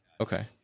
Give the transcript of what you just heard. Okay